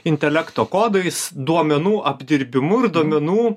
intelekto kodais duomenų apdirbimu ir duomenų